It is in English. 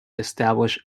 establish